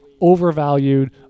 overvalued